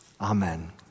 Amen